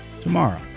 tomorrow